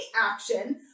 action